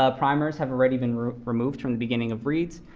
ah primers have already been removed from the beginning of reads.